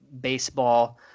baseball